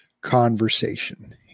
conversation